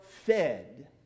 fed